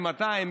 מי 200,